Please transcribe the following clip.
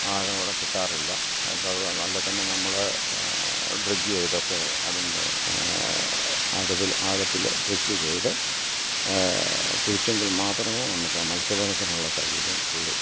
ആഴം അവിടെ കിട്ടാറില്ല അപ്പം അല്ലെങ്കിൽത്തന്നെ നമ്മൾ ഡ്രിഗ്ഗ് ചെയ്തൊക്കെ അതിൻ്റെ ആഴത്തിൽ ഡ്രിഗ് ചെയ്ത് കുഴിച്ചെങ്കിൽ മാത്രമെ നമുക്ക് ആ മൽസ്യബന്ധനത്തിനുള്ള സൗകര്യം ഉളളൂ